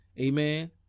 Amen